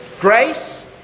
Grace